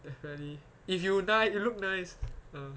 definitely if you ni~ you look nice uh